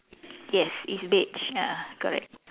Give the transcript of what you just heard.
yes it's beige a'ah correct